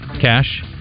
Cash